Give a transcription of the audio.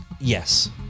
Yes